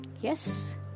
yes